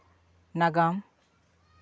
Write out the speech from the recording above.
ᱱᱟᱜᱟᱢ